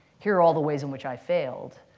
here are all the ways in which i failed,